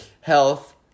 health